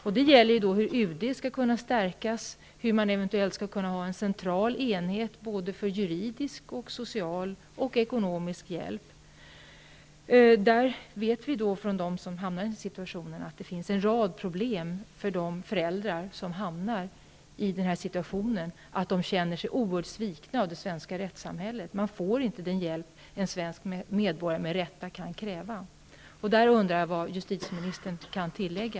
Jag vill ytterligare höra hur UD skall stärkas och om huruvida det eventuellt skall finnas en central enhet för juridisk, social och ekonomisk hjälp. Vi vet att det finns en rad problem för de föräldrar som hamnar i denna situation. De känner sig oerhört svikna av det svenska rättssamhället. De får inte den hjälp en svensk medborgare med rätta kan kräva. Vad kan justitieministern tillägga?